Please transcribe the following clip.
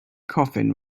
coffin